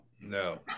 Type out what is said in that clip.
no